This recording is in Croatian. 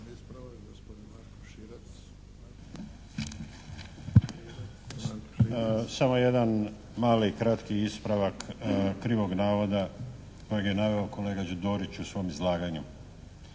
Samo jedan mali, kratki ispravak krivog navoda kojeg je naveo kolega Dorić u svom izlaganju.